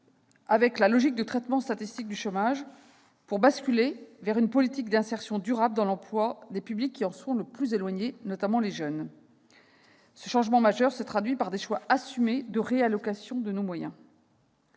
avec la logique de traitement statistique du chômage : nous basculons vers une politique d'insertion durable dans l'emploi des publics qui en sont le plus éloignés, notamment les jeunes. Ce changement majeur se traduit par des choix assumés de réallocation de nos moyens.